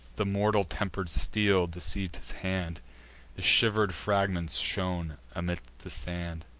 the mortal-temper'd steel deceiv'd his hand the shiver'd fragments shone amid the sand.